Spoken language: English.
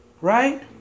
right